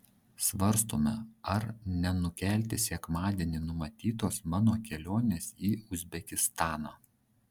svarstome ar nenukelti sekmadienį numatytos mano kelionės į uzbekistaną